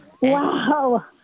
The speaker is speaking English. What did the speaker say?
Wow